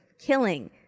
killing